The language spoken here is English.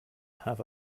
have